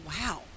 Wow